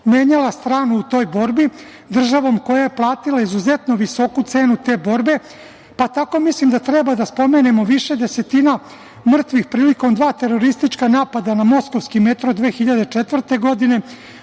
menjala stranu u toj borbi, državom koja je platila izuzetno visoku cenu te borbe. Tako mislim da treba da spomenemo više desetina mrtvih prilikom dva teroristička napada na moskovski metro 2004. godine,